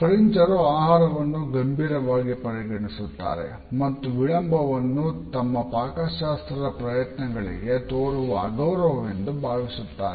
ಫ್ರೆಂಚರು ಆಹಾರವನ್ನು ಗಂಭೀರವಾಗಿ ಪರಿಗಣಿಸುತ್ತಾರೆ ಮತ್ತು ವಿಳಂಬವನ್ನು ತಮ್ಮ ಪಾಕಶಾಸ್ತ್ರದ ಪ್ರಯತ್ನಗಳಿಗೆ ತೋರುವ ಅಗೌರವವೆಂದು ಭಾವಿಸುತ್ತಾರೆ